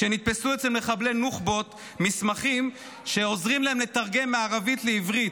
כשנתפסו אצל מחבלי נוח'בות מסמכים שעוזרים להם לתרגם מערבית לעברית?